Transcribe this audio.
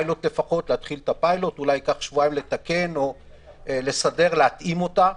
אפשר להתחיל את הפיילוט אולי ייקח שבועיים לתקן או להתאים אותה.